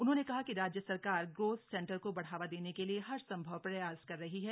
उन्होंने कहा कि राज्य सरकार ग्रोथ सेंटर को बढ़ावा देने के लिए हरसम्भव प्रयास कर रही है